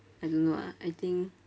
I don't know ah I think